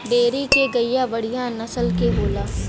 dairy के गईया बढ़िया नसल के होली